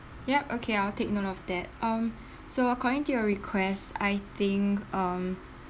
yup okay I'll take note of that um so according to your request I think um